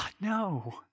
no